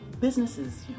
businesses